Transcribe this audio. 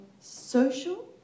social